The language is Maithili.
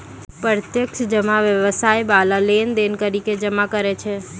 प्रत्यक्ष जमा व्यवसाय बाला लेन देन करि के जमा करै छै